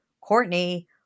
Courtney